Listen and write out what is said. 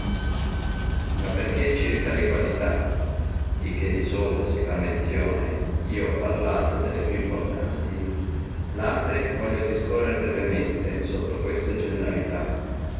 ma perché circa le qualità di che di sopra si fa menzione io ho parlato delle più importanti laltre voglio discorrere brevemente sotto queste generalità